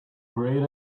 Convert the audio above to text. great